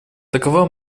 такова